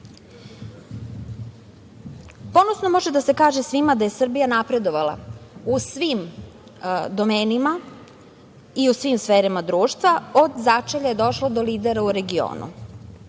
uspešno. Ponosno može da se kaže svima da je Srbija napredovala u svim domenima i u svim sferama društva, od začelja je došla do lidera u regionu.